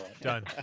Done